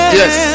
yes